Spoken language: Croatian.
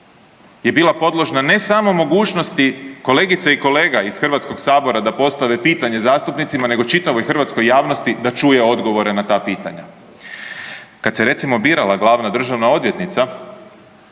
je bila podložna, ne samo mogućnosti, kolegice i kolega iz HS-a da postave pitanje zastupnicima, nego čitavoj hrvatskoj javnosti da čuje odgovore na ta pitanja. Kad se recimo birala glavna državna odvjetnica,